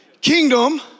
kingdom